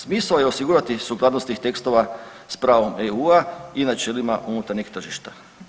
Smisao je osigurati sukladnost tih tekstova sa pravom EU-a i načelima unutarnjeg tržišta.